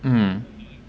mmhmm